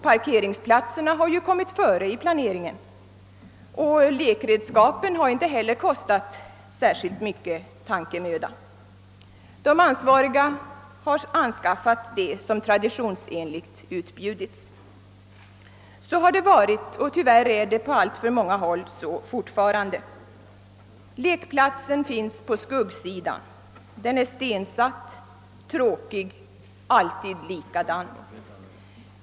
Parkeringsplatserna har ju kommit före i planeringen, och lekredskapen har inte heller kostat särskilt mycken tankemöda. De ansvariga har anskaffat det som traditionsenligt utbjudits. Så har det varit och tyvärr är det på alltför många håll så fortfarande. Lekplatsen ligger på skuggsidan, stensatt, tråkig och alltid likadan.